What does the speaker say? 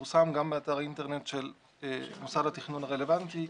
תפורסם גם באתר האינטרנט של מוסד התכנון הרלוונטי.